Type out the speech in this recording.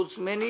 חוץ ממני.